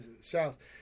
south